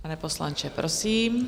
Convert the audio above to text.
Pane poslanče, prosím.